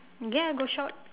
ya go short